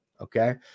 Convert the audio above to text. okay